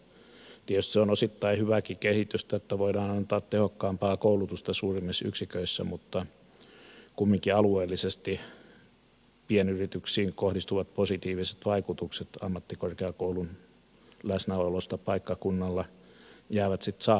tietysti se on osittain hyvääkin kehitystä että voidaan antaa tehokkaampaa koulutusta suuremmissa yksiköissä mutta kumminkin alueellisesti pienyrityksiin kohdistuvat positiiviset vaikutukset ammattikorkeakoulun läsnäolosta paikkakunnalla jäävät sitten saavuttamatta